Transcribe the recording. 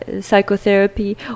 psychotherapy